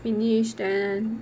finish then